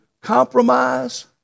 compromise